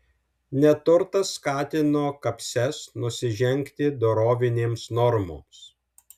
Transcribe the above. neturtas skatino kapses nusižengti dorovinėms normoms